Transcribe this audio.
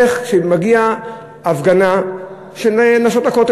איך כשמגיעה הפגנה של "נשות הכותל",